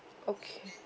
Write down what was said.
okay